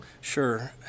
Sure